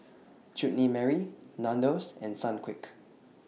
Chutney Mary Nandos and Sunquick